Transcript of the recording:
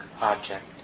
object